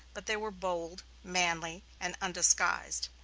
but they were bold, manly, and undisguised.